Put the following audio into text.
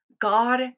God